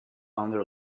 founder